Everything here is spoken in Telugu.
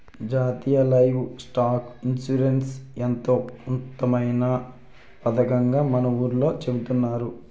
జాతీయ లైవ్ స్టాక్ ఇన్సూరెన్స్ ఎంతో ఉత్తమమైన పదకంగా మన ఊర్లో చెబుతున్నారు